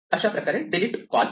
अशाप्रकारे delete call आहे